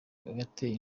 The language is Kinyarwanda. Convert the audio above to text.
yateye